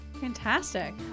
Fantastic